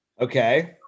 Okay